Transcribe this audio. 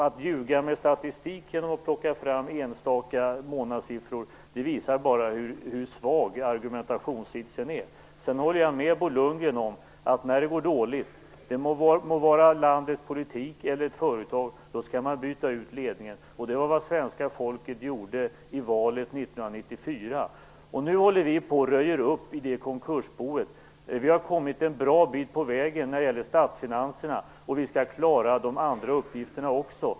Att ljuga med statistik genom att plocka fram enstaka månadssiffror visar bara hur svag argumentationen är. Sedan håller jag med Bo Lundgren om att när det går dåligt - det må vara i landets politik eller i ett företag - skall man byta ut ledningen. Det var vad det svenska folket gjorde i valet 1994. Nu håller vi på att röja upp i konkursboet. Vi har kommit en bra bit på vägen när det gäller statsfinanserna. Vi skall klara de andra uppgifterna också.